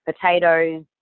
potatoes